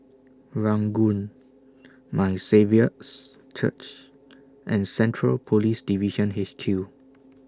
Ranggung My Saviour's Church and Central Police Division H Q